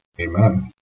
Amen